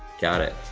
got it.